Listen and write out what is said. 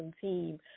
team